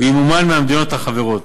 וימומן מהמדינות החברות.